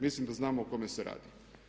Mislim da znamo o kome se radi.